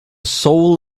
soul